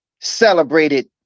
celebrated